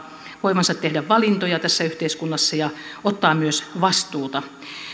voivansa tehdä valintoja tässä yhteiskunnassa ja ottaa myös vastuuta